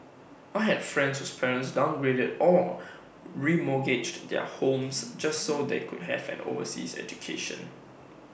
I had friends whose parents downgraded or remortgaged their homes just so they could have an overseas education